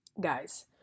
Guys